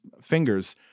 fingers